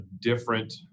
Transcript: different